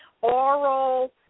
oral